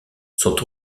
sont